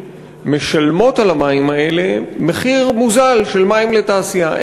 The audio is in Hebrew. משלמות על המים האלה מחיר מוזל של מים לתעשייה.